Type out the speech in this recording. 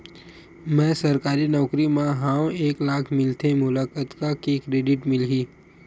मैं सरकारी नौकरी मा हाव एक लाख मिलथे मोला कतका के क्रेडिट मिलही?